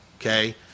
Okay